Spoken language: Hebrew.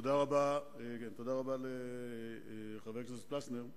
תודה רבה לחבר הכנסת פלסנר.